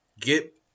get